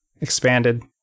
expanded